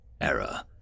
error